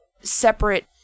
separate